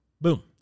Boom